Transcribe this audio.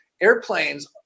airplanes